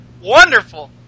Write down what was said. Wonderful